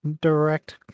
direct